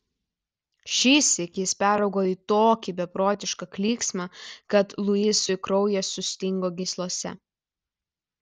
šįsyk jis peraugo į tokį beprotišką klyksmą kad luisui kraujas sustingo gyslose